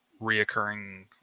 reoccurring